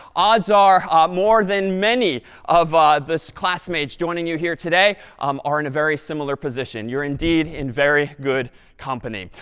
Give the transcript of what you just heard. odds are more than many of the classmates joining you here today um are in a very similar position. you're indeed in very good company.